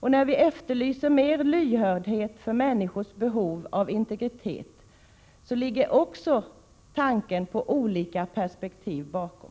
När vi efterlyser mer lyhördhet för människors behov av integritet ligger också tanken på olika perspektiv bakom.